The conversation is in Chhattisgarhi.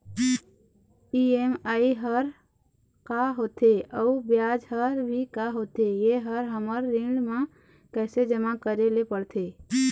ई.एम.आई हर का होथे अऊ ब्याज हर भी का होथे ये हर हमर ऋण मा कैसे जमा करे ले पड़ते?